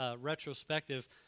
retrospective